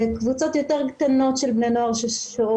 לקבוצות יותר קטנות של בני נוער ששוהות